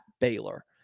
Baylor